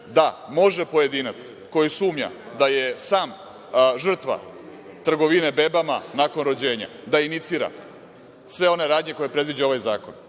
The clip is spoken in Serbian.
da može pojedinac koji sumnja da je sam žrtva trgovine bebama, nakon rođenja, da inicira sve one radnje koje predviđa ovaj zakon